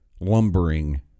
lumbering